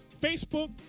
Facebook